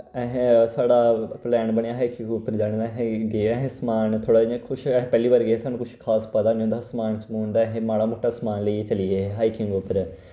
अहैं साढ़ा प्लैन बनेआ हा हाईकिंग उप्पर जाने दा असीं गे असें समान थोह्ड़ा इ'यां कुछ असीं पैह्लै वारि गे साणु कुछ खास पता हैनी होंदा हा समान समून दा असी माड़ा मुट्टा समान लेइयै चली गे हाईकिंग उप्पर